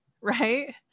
right